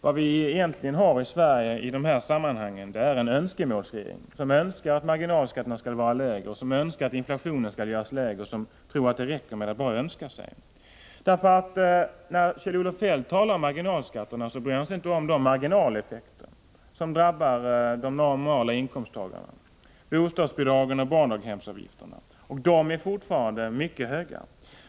Vad vi egentligen har i Sverige i de här sammanhangen är en önskemålsregering, som önskar att marginalskatterna skall vara lägre och som önskar att inflationen skall vara lägre. Den tror att det räcker med att bara önska sig. När Kjell-Olof Feldt talar om marginalskatterna bryr han sig inte om de marginaleffekter som drabbar de normala inkomsttagarna: bostadsbidragen och barndaghemsavgifterna är fortfarande mycket höga.